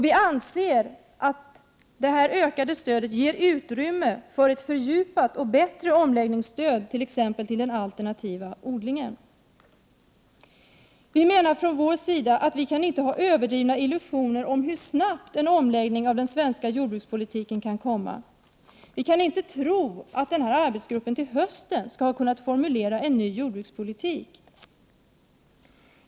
Vi anser att det ökade stödet ger utrymme för ett fördjupat och bättre omläggningsstöd t.ex. till den alternativa odlingen. Vi menar att vi inte kan ha överdrivna illusioner om hur snabbt en omläggning av den svenska jordbrukspolitiken kan komma. Vi kan inte tro att arbetsgruppen till hösten skall ha kunnat formulera en ny jordbrukspolitik.